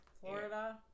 florida